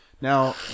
now